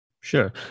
Sure